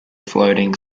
floating